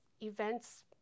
events